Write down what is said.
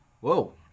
Whoa